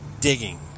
digging